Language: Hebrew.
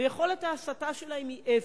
ויכולת ההסטה שלה היא אפס.